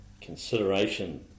consideration